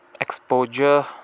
exposure